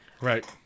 right